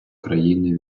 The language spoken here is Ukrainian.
країни